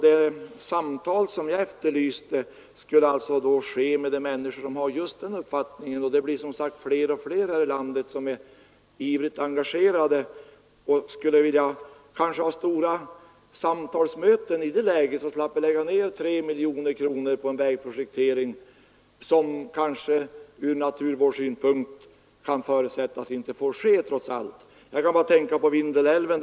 De samtal jag efterlyste skulle ske med de människor som har denna uppfattning, och det blir fler och fler i landet som är ivrigt engagerade och kanske skulle vilja ha stora samtalsmöten i det läget. Då kanske vi skulle slippa lägga ner 3 miljoner kronor på projektering av en väg, som kanske ur naturvårdssynpunkt trots allt inte får kom ma till stånd. Det kommer mig att tänka på Vindelälven.